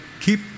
keep